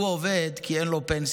הוא עובד כי אין לו פנסיה,